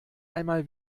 einmal